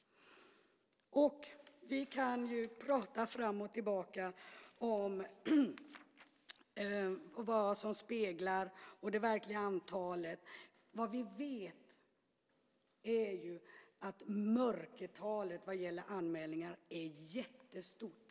Vi kan ju prata fram och tillbaka om vad som speglas och om det verkliga antalet. Vad vi vet är att mörkertalet vad gäller anmälningar är jättestort.